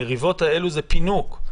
המריבות האלה הן פינוק.